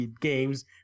games